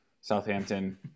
Southampton